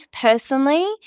personally